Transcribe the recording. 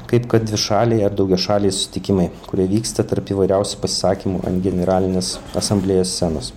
kaip kad dvišaliai ar daugiašaliai susitikimai kurie vyksta tarp įvairiausių pasisakymų ant generalinės asamblėjos scenos